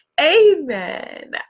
amen